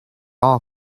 all